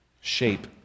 shape